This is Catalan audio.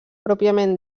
pròpiament